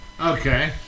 Okay